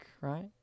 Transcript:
right